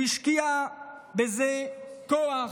הוא השקיע בזה כוח,